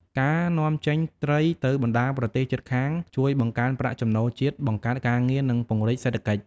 ការនាំចេញត្រីទៅបណ្ដាលប្រទេសជិតខាងជួយបង្កើនប្រាក់ចំណូលជាតិ បង្កើតការងារ និង ពង្រីកសេដ្ឋកិច្ច។